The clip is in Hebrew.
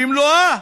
במלואה,